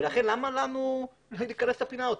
ולכן למה לנו להיכנס לפינה הזאת?